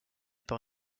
par